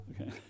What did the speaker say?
Okay